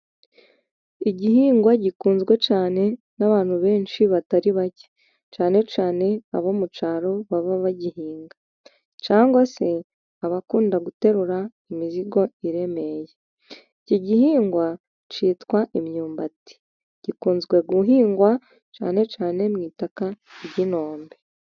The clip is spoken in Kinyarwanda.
Igihingwa gikunzwe cyane n'abantu benshi batari bake, cyane cyane abo mu cyaro baba bagihinga cyangwa se abakunda guterura imizigo iremereye. Iki gihingwa cyitwa imyumbati, gikunzwe guhingwa cyane cyane mu itaka ry'inkombe.